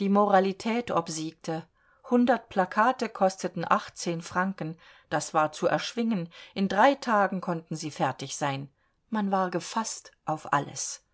die moralität obsiegte hundert plakate kosteten achtzehn franken das war zu erschwingen in drei tagen konnten sie fertig sein man war gefaßt auf alles